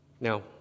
Now